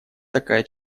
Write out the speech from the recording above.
такая